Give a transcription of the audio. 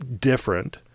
different